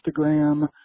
instagram